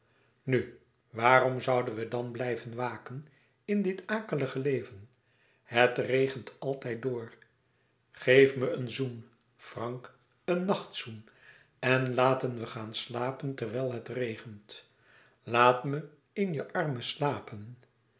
nu waarom zouden we dan blijven waken in dit akelige leven het regent altijd door geef me een zoen frank een nachtzoen en laten we gaan slapen terwijl het regent laat me in je armen slapen